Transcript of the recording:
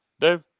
Dave